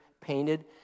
painted